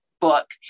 book